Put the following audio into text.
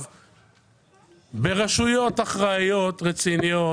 ברשויות אחראיות ורציניות